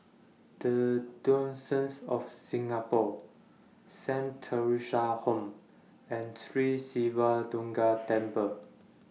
The Diocese of Singapore Saint Theresa's Home and Sri Siva Durga Temple